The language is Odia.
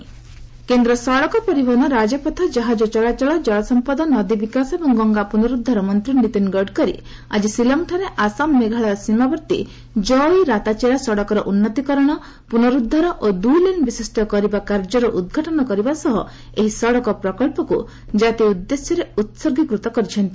ଗଡ଼କରୀ କୋୱାଇ ରାତାଚେରା କେନ୍ଦ୍ର ସଡ଼କ ପରିବହନ ରାଜପଥ ଜାହାଜ ଚଳାଚଳ ଜଳସମ୍ପଦ ନଦୀ ବିକାଶ ଏବଂ ଗଙ୍ଗା ପ୍ରନର୍ଦ୍ଧାର ମନ୍ତ୍ରୀ ନୀତିନ୍ ଗଡ଼କରି ଆକି ଶିଲଂଠାରେ ଆସାମ ମେଘାଳୟ ସୀମାବର୍ତ୍ତୀ କୋୱାଇ ରାତାଚେରା ସଡ଼କର ଉନ୍ନୀତକରଣ ପୁନରୁଦ୍ଧାର ଓ ଦୁଇ ଲେନ୍ ବିଶିଷ୍ଟ କରିବା କାର୍ଯ୍ୟର ଉଦ୍ଘାଟନ କରିବା ସହ ଏହି ସଡ଼କ ପ୍ରକଚ୍ଚକୁ ଜାତି ଉଦ୍ଦେଶ୍ୟରେ ଉତ୍ସର୍ଗୀକୃତ କରିଛନ୍ତି